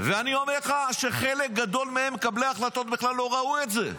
ואני אומר לך שחלק גדול ממקבלי ההחלטות בכלל לא ראו את זה,